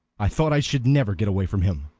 i thought i should never get away from him!